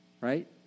right